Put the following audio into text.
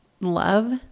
love